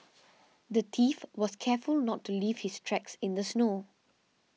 the thief was careful not to leave his tracks in the snow